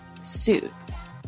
Suits